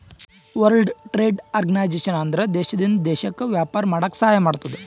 world trade organization ಅಂದುರ್ ದೇಶದಿಂದ್ ದೇಶಕ್ಕ ವ್ಯಾಪಾರ ಮಾಡಾಕ ಸಹಾಯ ಮಾಡ್ತುದ್